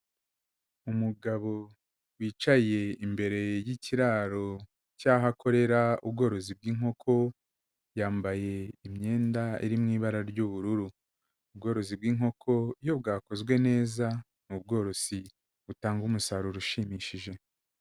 Umugabo wicaye imbere y'ikiraro cyaho akorera ubworozi bw'inkoko, yambaye imyenda iri mu ibara ry'ubururu, ubworozi bw'inkoko iyo bwakozwe neza ni ubworozi butanga umusaruro ushimishije.